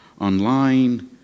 online